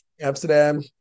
Amsterdam